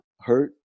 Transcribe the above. hurt